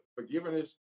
forgiveness